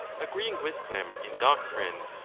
agreeing with them in doctrine,